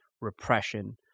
repression